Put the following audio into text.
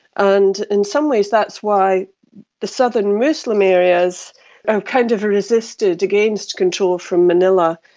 and in some ways that's why the southern muslim areas kind of resisted against control from manila.